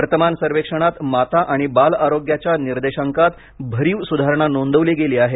वर्तमान सर्वेक्षणात माता आणि बाल आरोग्याच्या निर्देशांकात भरीव सुधारणा नोंदवली गेली आहे